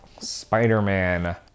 Spider-Man